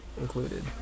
included